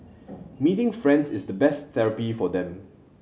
meeting friends is the best therapy for them